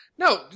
No